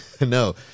no